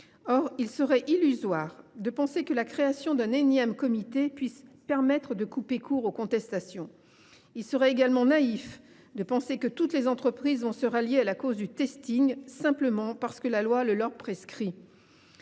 Il serait illusoire de penser que la création d’un énième comité permettrait de couper court aux contestations. Il serait également naïf d’imaginer que toutes les entreprises se rallieraient à la cause du simplement parce que la loi le leur prescrit.